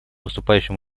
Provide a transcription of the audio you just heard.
выступающим